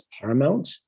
paramount